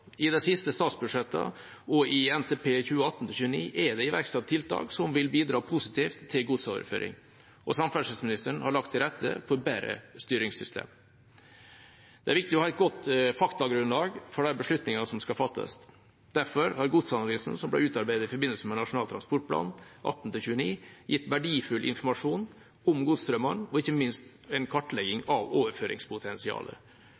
I de siste statsbudsjettene og i Nasjonal transportplan 2018–2029 er det iverksatt tiltak som vil bidra positivt til godsoverføring, og samferdselsministeren har lagt til rette for bedre styringssystem. Det er viktig å ha et godt faktagrunnlag for de beslutningene som skal fattes. Derfor har godsanalysen, som ble utarbeidet i forbindelse med Nasjonal transportplan 2018–2029, gitt verdifull informasjon om godsstrømmene og ikke minst en